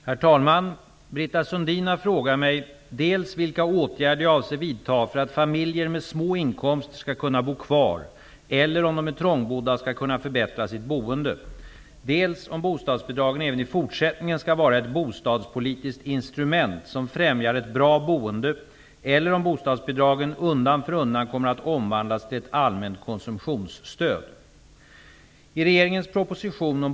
Herr talman! Britta Sundin har frågat mig dels vilka åtgärder jag avser vidta för att familjer med små inkomster skall kunna bo kvar, eller om de är trångbodda, skall kunna förbättra sitt boende, dels om bostadsbidragen även i fortsättningen skall vara ett bostadspolitiskt instrument, som främjar ett bra boende, eller om bostadsbidragen undan för undan kommer att omvandlas till ett allmänt konsumtionsstöd.